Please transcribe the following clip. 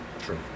True